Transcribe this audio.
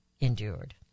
endured